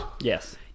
Yes